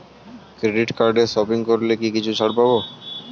Credit কার্ডে shopping করলে কি কিছু ছাড় পাব?